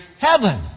heaven